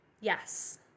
Yes